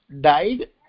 died